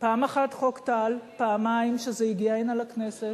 פעם אחת, חוק טל, פעמיים, כשזה הגיע הנה לכנסת,